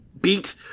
beat